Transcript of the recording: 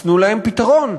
אז תנו להם פתרון.